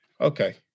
okay